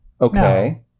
Okay